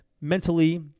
mentally